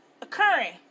occurring